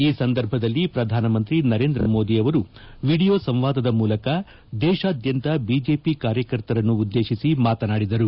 ಈ ಸಂದರ್ಭದಲ್ಲಿ ಪ್ರಧಾನಮಂತ್ರಿ ನರೇಂದ್ರ ಮೋದಿ ಅವರು ವಿಡಿಯೋ ಸಂವಾದದ ಮೂಲಕ ದೇಶಾದ್ಲಂತ ಬಿಜೆಪಿ ಕಾರ್ಯಕರ್ತರನ್ನು ಉದ್ದೇಶಿಸಿ ಮಾತನಾಡಿದರು